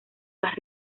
las